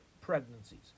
pregnancies